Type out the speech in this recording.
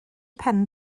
pen